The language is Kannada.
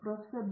professor B